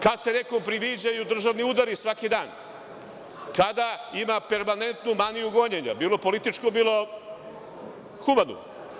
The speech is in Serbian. Kada se nekom priviđaju državni udari svaki dan, kada ima permanentnu maniju gonjenja, bilo političku, bilo humanu.